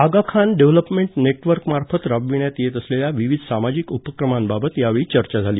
आगा Khan development नेटवर्कमार्फत राबविण्यत येत असलेल्या विविध सामाजिक उपक्रमांबाबत यावेळी चर्चा झाली